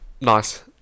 Nice